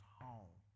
home